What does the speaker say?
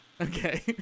Okay